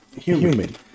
human